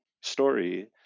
story